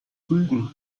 rügen